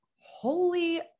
holy